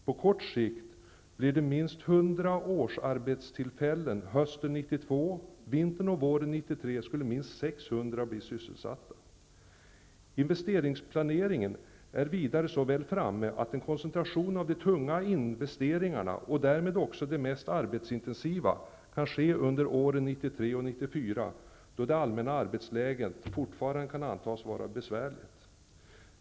På kort sikt blir det minst 100 årsarbetstillfällen hösten 1992, och vintern och våren 1993 skulle minst 600 personer få sysselsättning. Vidare ligger man beträffande investeringsplaneringen så väl framme att en koncentration av de tunga investeringarna, och därmed också de mest arbetsintensiva investeringarna, kan ske under åren 1993 och 1994, då det allmänna arbetsläget fortfarande kan antas vara besvärligt.